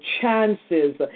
chances